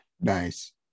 nice